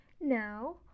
Now